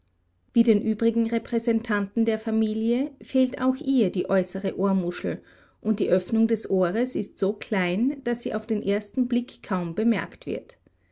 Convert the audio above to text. wie den übrigen repräsentanten der familie fehlt auch ihr die äußere ohrmuschel und die öffnung des ohres ist so klein daß sie auf den ersten blick kaum bemerkt wird